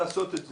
לעשות את זה.